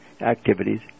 activities